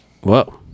Whoa